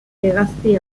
hegazti